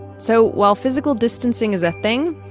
so while physical distancing is a thing,